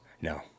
No